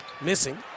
missing